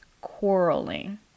quarreling